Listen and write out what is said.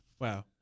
Wow